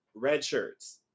Redshirts